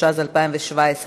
התשע"ז 2017,